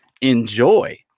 Enjoy